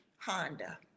Honda